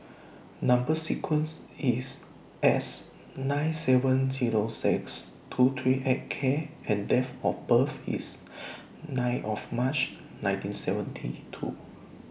Number sequence IS S nine seven Zero six two three eight K and Date of birth IS nine of March nineteen seventy two